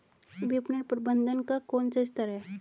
विपणन प्रबंधन का कौन सा स्तर है?